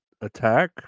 attack